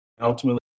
Ultimately